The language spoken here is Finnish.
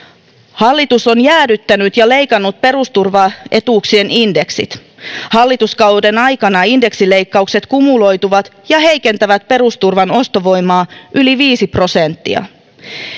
hallitus on jäädyttänyt ja leikannut perusturvaetuuksien indeksit hallituskauden aikana indeksileikkaukset kumuloituvat ja heikentävät perusturvan ostovoimaa yli viisi prosenttia